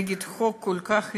נגד חוק כל כך אנושי.